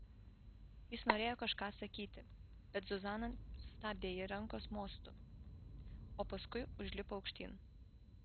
jis norėjo kažką sakyti bet zuzana sustabdė ji rankos mostu o paskui užlipo aukštyn